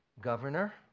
governor